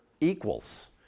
equals